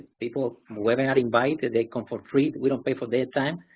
people we've and invited, they come for free. we don't pay for their time,